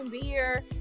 beer